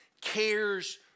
cares